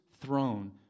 throne